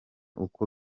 uko